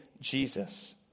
Jesus